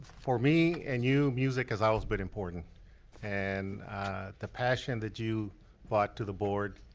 for me and you, music has always been important and the passion that you brought to the board,